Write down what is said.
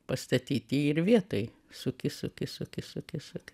pastatyti ir vietoj suki suki suki suki suki